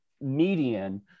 Median